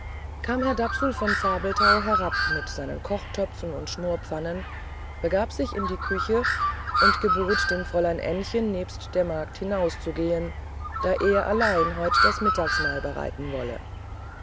kam herr dapsul von zabelthau herab mit seinen kochtöpfen und schmorpfannen begab sich in die küche und gebot dem fräulein ännchen nebst der magd hinauszugehen da er allein heute das mittagsmahl bereiten wolle